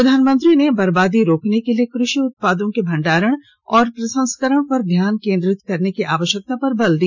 प्रधानमंत्री ने बर्बादी रोकने के लिए कृषि उत्पादों के भंडारण और प्रसंस्करण पर ध्यान केंद्रित करने की आवश्यकता पर बल दिया